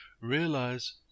realize